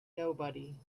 nobody